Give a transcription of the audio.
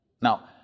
Now